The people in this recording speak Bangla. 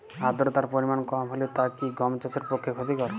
আর্দতার পরিমাণ কম হলে তা কি গম চাষের পক্ষে ক্ষতিকর?